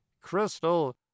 crystal